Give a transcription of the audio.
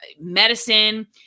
medicine